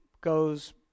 goes